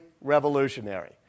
revolutionary